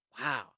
Wow